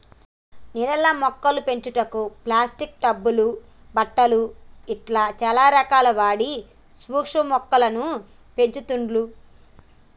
నీళ్లల్ల మొక్కల పెంపుకు ప్లాస్టిక్ టబ్ లు బుట్టలు ఇట్లా చానా రకాలు వాడి సూక్ష్మ మొక్కలను పెంచుతుండ్లు